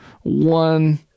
one